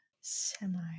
Semi